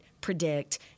predict